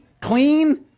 clean